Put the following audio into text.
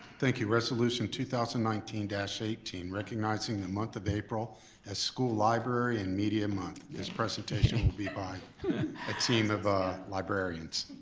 thank you, resolution two thousand and nineteen ah so eighteen, recognizing the month of april as school library and media month. this presentation will be by a team of ah librarians.